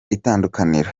itandukaniro